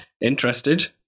interested